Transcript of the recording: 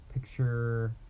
picture